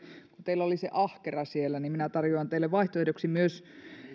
kun teillä oli se ahkera siellä niin minä tarjoan teille vaihtoehdoksi